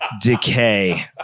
Decay